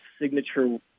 signature